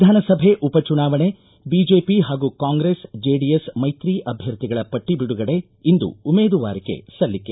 ವಿಧಾನಸಭೆ ಉಪಚುನಾವಣೆ ಬಿಜೆಪಿ ಹಾಗೂ ಕಾಂಗ್ರೆಸ್ ಜೆಡಿಎಸ್ ಮೈತ್ರಿ ಅಭ್ಯರ್ಥಿಯ ಪಟ್ಟಿ ಬಿಡುಗಡೆ ಇಂದು ಉಮೇದುವಾರಿಕೆ ಸಲ್ಲಿಕೆ